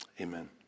amen